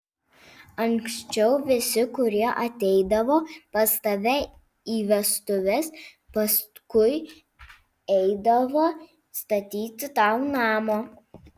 anksčiau visi kurie ateidavo pas tave į vestuves paskui eidavo statyti tau namo